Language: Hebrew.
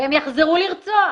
והם יחזרו לרצוח.